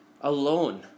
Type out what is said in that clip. alone